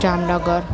Jamnagar